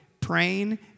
praying